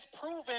proven